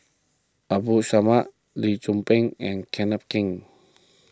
Abdul Samad Lee Tzu Pheng and Kenneth Keng